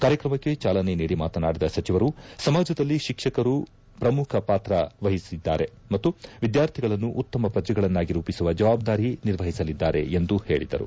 ಕಾರ್ಯಕ್ರಮಕ್ಕೆ ಚಾಲನೆ ನೀಡಿ ಮಾತನಾಡಿದ ಸಚಿವರು ಸಮಾಜದಲ್ಲಿ ಶಿಕ್ಷಕರು ಪ್ರಮುಖ ಪಾತ್ರ ವಹಿಸಿದ್ದಾರೆ ಮತ್ತು ವಿದ್ಯಾರ್ಥಿಗಳನ್ನು ಉತ್ತಮ ಪ್ರಜೆಗಳನ್ನಾಗಿ ರೂಪಿಸುವ ಜವಾಬ್ದಾರಿ ನಿರ್ವಹಿಸಲಿದ್ದಾರೆ ಎಂದು ಹೇಳಿದರು